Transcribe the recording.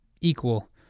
equal